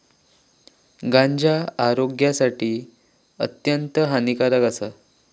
गांजा आरोग्यासाठी अत्यंत हानिकारक आसा